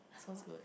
sounds good